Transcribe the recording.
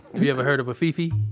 you ever heard of a fi-fi?